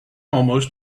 almost